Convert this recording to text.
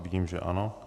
Vidím, že ano.